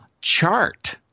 chart